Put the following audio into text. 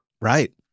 Right